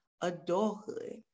adulthood